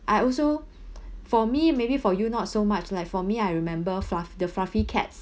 I also for me maybe for you not so much like for me I remember fluff the fluffy cats